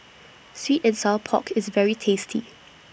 Sweet and Sour Pork IS very tasty